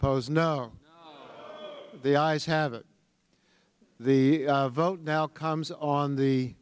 pose now the eyes have it the vote now comes on the